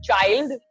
child